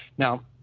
now,